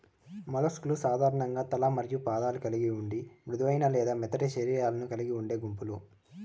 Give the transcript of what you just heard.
mollusc లు సాధారణంగా తల మరియు పాదం కలిగి ఉండి మృదువైన లేదా మెత్తటి శరీరాలను కలిగి ఉండే గుంపులు